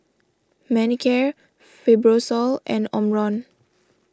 Manicare Fibrosol and Omron